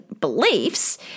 beliefs